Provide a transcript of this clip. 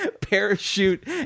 parachute